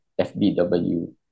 FBW